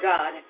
God